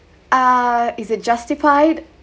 uh is it justified